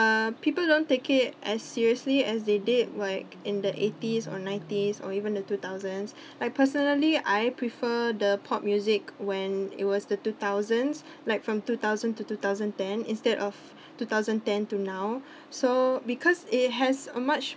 uh people don't take it as seriously as they did like in the eighties or nineties or even the two thousands I personally I prefer the pop music when it was the two thousands like from two thousand to two thousand ten instead of two thousand ten to now so because it has a much